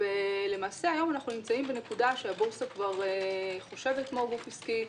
למעשה היום אנחנו נמצאים בנקודה שהבורסה כבר חושבת כמו גוף עסקי,